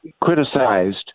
criticized